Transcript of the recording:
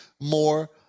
more